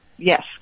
Yes